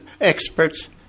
experts